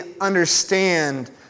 understand